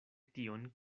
tion